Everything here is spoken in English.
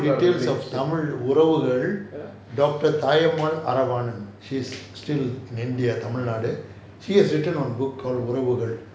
details of tamil Uravugal doctor thai ammal aaravaanan she's still in india tamil nadu she has written a book called Uravugal